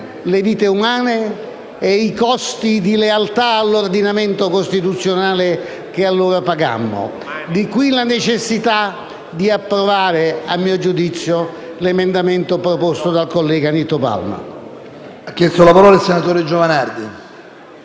le vite umane e i costi di lealtà all'ordinamento costituzionale che allora pagammo. Di qui la necessità di approvare - a mio giudizio - l'emendamento proposto dal collega Palma.